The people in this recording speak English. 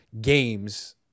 games